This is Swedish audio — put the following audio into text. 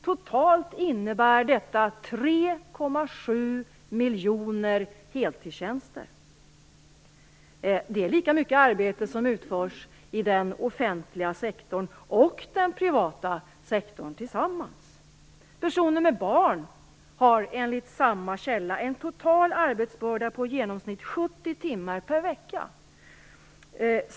Totalt innebär detta 3,7 miljoner heltidstjänster. Det är lika mycket arbete som utförs i den offentliga sektorn och den privata sektorn tillsammans. Personer med barn har enligt samma källa en total arbetsbörda på i genomsnitt 70 timmar per vecka.